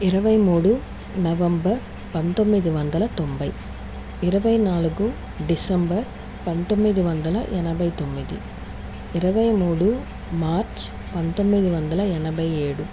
ఇరవై మూడు నవంబర్ పంతొమ్మిది వందల తొంభై ఇరవై నాలుగు డిసెంబర్ పంతొమ్మిది వందల ఎనభై తొమ్మిది ఇరవై మూడు మార్చ్ పంతొమ్మిది వందల ఎనభై ఏడు